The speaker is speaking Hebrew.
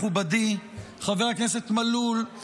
מכובדי חבר הכנסת מלול,